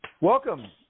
Welcome